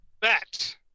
bet –